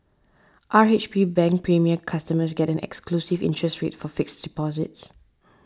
R H B Bank Premier customers get an exclusive interest rate for fixed deposits